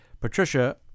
Patricia